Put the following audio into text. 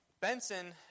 Benson